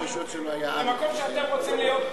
זה המקום שאתם רוצים להיות בו.